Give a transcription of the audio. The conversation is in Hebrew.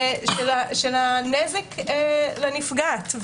של הנזק לנפגעת.